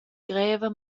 greva